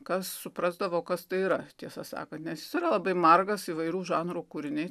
kas suprasdavo kas tai yra tiesą sakant nes jis yra labai margas įvairių žanrų kūriniai